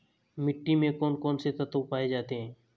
मिट्टी में कौन कौन से तत्व पाए जाते हैं?